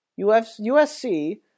USC